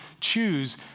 choose